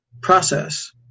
process